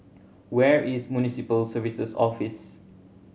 where is Municipal Services Office